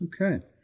Okay